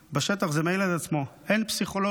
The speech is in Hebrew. ובשטח זה מעיד על עצמו: אין פסיכולוגים.